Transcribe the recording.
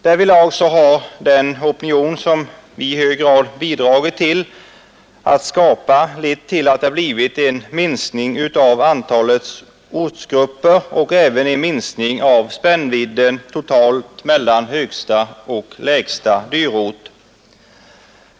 Därvidlag har den opinion som vi i hög grad bidragit till att skapa lett till att det blivit en minskning av antalet ortsgrupper och även en minskning av spännvidden totalt mellan högsta och lägsta dyrort.